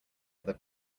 other